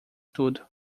tudo